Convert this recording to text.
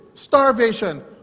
starvation